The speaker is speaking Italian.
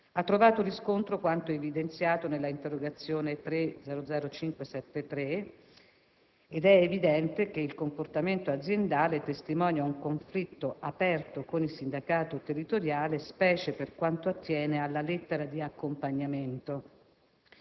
Ha trovato riscontro quanto evidenziato nell'interrogazione 3-00573 ed è evidente che il comportamento aziendale testimonia un conflitto aperto con il sindacato territoriale, specie per quanto attiene alla lettera di accompagnamento.